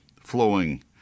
flowing